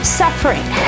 suffering